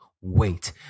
wait